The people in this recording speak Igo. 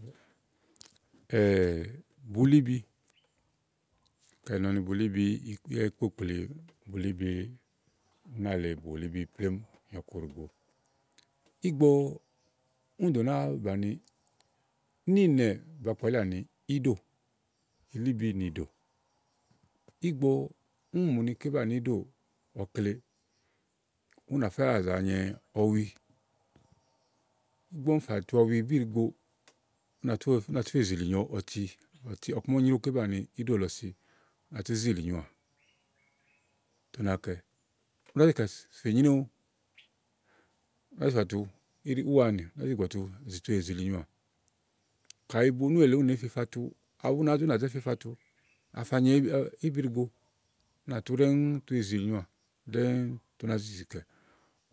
búlíbi ka ì nɔ ni bulíbi yá ìí kpokplìí bulíbi, ú nà lèe bùlíbi plémú nyo ɔku ɖìigbo. ígbɔ úni dò nàáa bàni níìnɛ̀ɛ, ba kpalíà ni íɖò ilíbì nìɖò, ígbɔ úni mù ni ké banìu íɖòò ɔkle, ú nàfá zàa nyɛ ɔwi. ígbɔ úni fà tu ɔwi bí ɖìigbo únà tú fè zìlìnyo ɔti ɔku ma úni nyréwu ké banìi íɖò lɔ si, ú nà tú zìlìnyo à, tè ú nàá kɛ. ú nàá zi kɛ fè nyréwu, ú nàá zi fà tu úwanì, ú nàá zi gbìgbɔ tu zì tu zìlìnyoà. Kayi ubonú èle ú nèé fe fa tu awu ú náa zi ú nà zé fe fa tu fa nyɛ íbi ɖìígbo ú nà tú ɖɛ́ŋúú tu èwe zìlìnyoà ɖɛ́ŋúú tè ú nàá zìzì kɛ.